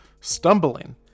Stumbling